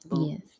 Yes